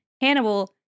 Hannibal